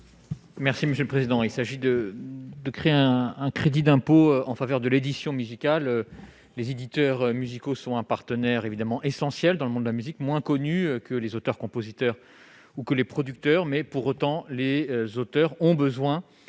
Merci monsieur le président, il s'agit de de créer un un crédit d'impôt en faveur de l'édition musicale, les éditeurs musicaux sont un partenaire évidemment essentiel dans le monde de la musique, moins connu que les auteurs compositeurs ou que les producteurs, mais pour autant, les auteurs ont besoin